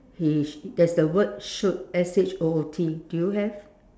he there's the word shoot S H O O T do you have